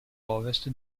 ovest